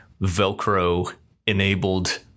Velcro-enabled